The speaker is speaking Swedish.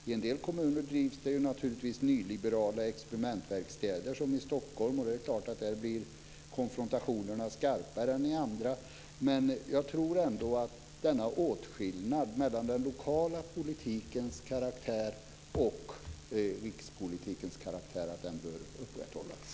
I en del kommuner drivs det naturligtvis nyliberala experimentverkstäder, som i Stockholm. Det är klart att konfrontationerna blir skarpare där än i andra kommuner. Men jag tror ändå att denna åtskillnad mellan den lokala politikens karaktär och rikspolitikens karaktär bör upprätthållas.